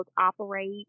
operate